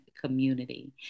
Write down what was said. community